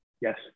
Yes